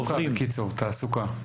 תעסוקה בקיצור, תעסוקה.